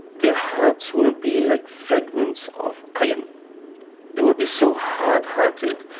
their hearts will be like fragments of iron. they will be so hard-hearted,